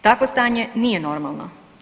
Takvo stanje nije normalno.